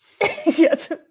yes